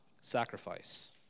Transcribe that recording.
sacrifice